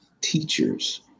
teachers